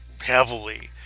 heavily